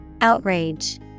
outrage